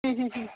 ಹ್ಞೂ ಹ್ಞೂ ಹ್ಞೂ